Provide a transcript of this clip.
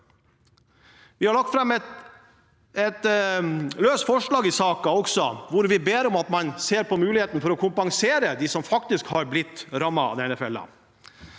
Vi har også lagt fram et løst forslag i saken hvor vi ber om at man ser på muligheten for å kompensere dem som faktisk har blitt rammet av denne fellen.